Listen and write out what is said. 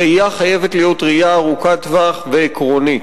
הראייה חייבת להיות ראייה ארוכת טווח ועקרונית.